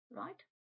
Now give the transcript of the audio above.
right